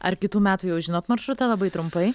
ar kitų metų jau žinot maršrutą labai trumpai